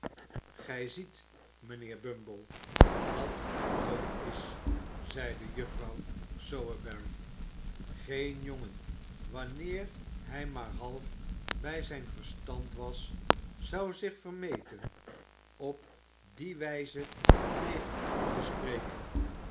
gij ziet mijnheer bumble dat hij dol is zeide juffrouw sowerberry geen jongen wanneer hij maar half bij zifn verstand was zou zich vermeten op die wijze tegen u te spreken